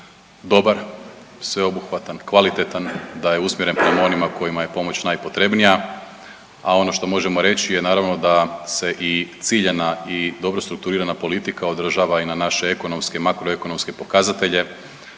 dobar, sveobuhvatan, kvalitetan, da je usmjeren prema onima kojima je pomoć najpotrebnija, a ono što možemo reći je naravno da se i ciljana i dobro strukturirana politika odražava i na naše ekonomske i makroekonomske pokazatelje.